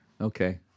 Okay